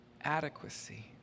adequacy